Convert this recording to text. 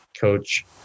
coach